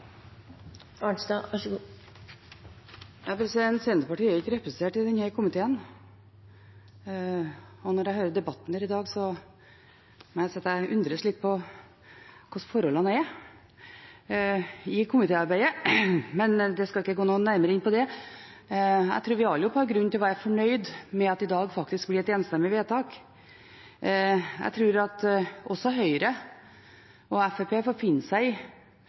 ikke representert i denne komiteen, og når jeg hører debatten her i dag, må jeg si at jeg undres litt på hvordan forholdene er i komitéarbeidet, men jeg skal ikke gå noe nærmere inn på det. Jeg tror vi alle sammen har grunn til å være fornøyd med at det i dag faktisk blir et enstemmig vedtak. Jeg tror at også Høyre og Fremskrittspartiet får finne seg